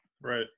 Right